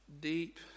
deep